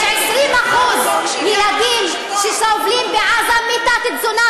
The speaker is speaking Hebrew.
יש 20% ילדים שסובלים בעזה מתת-תזונה,